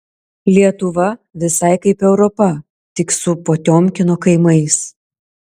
lietuva visai kaip europa tik su potiomkino kaimais